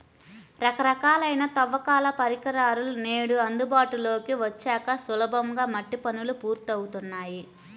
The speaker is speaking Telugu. రకరకాలైన తవ్వకాల పరికరాలు నేడు అందుబాటులోకి వచ్చాక సులభంగా మట్టి పనులు పూర్తవుతున్నాయి